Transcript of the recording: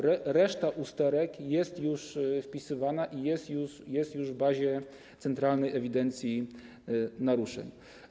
Reszta usterek jest już wpisywana i jest już w bazie Centralnej Ewidencji Naruszeń.